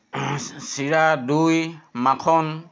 চিৰা দৈ মাখন